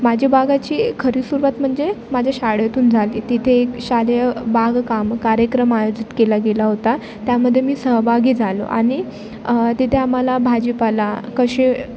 माझी बागाची खरी सुरुवात म्हणजे माझ्या शाळेतून झाली तिथे एक शालेय बागकाम कार्यक्रम आयोजित केला गेला होता त्यामध्ये मी सहभागी झालो आणि तिथे आम्हाला भाजीपाला कसे